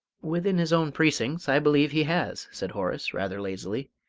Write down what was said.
within his own precincts, i believe he has, said horace, rather lazily,